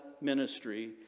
ministry